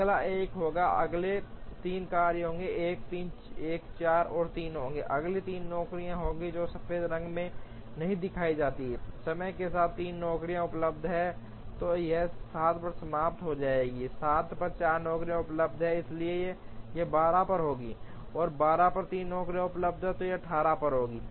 अगला 1 होगा अगले 3 कार्य 1 3 1 4 और 3 होंगे अगली 3 नौकरियां होंगी जो सफेद रंग में नहीं दिखाई जाती हैं समय के साथ 3 नौकरियां उपलब्ध हैं तो यह 7 पर समाप्त हो जाएगा 7 पर 4 नौकरी उपलब्ध है इसलिए यह 12 पर होगी और 12 नौकरी 3 पर है उपलब्ध यह 18 पर होगा